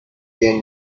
their